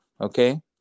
okay